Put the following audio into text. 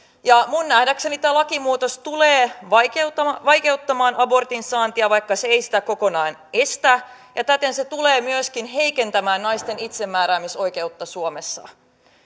ja minun nähdäkseni tämä lakimuutos tulee vaikeuttamaan vaikeuttamaan abortin saantia vaikka se ei sitä kokonaan estä ja täten se tulee myöskin heikentämään naisten itsemääräämisoikeutta suomessa